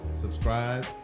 subscribe